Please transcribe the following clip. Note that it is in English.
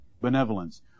benevolence